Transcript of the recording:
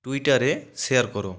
টুইটারে শেয়ার করো